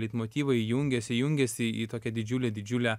leitmotyvai jungiasi jungiasi į tokią didžiulę didžiulę